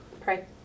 Pray